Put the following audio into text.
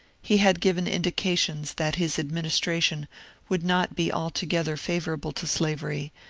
he had given indications that his administra tion would not be altogether favourable to slavery,